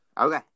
Okay